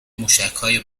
موشکهای